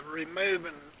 removing